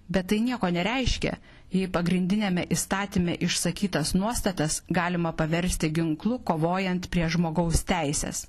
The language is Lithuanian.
bet tai nieko nereiškia jei pagrindiniame įstatyme išsakytas nuostatas galima paversti ginklu kovojant prieš žmogaus teises